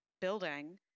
building